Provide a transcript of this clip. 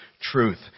truth